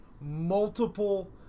multiple